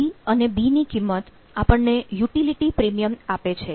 CB ની કિંમત આપણને યુટીલીટી પ્રીમિયમ આપે છે